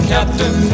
Captain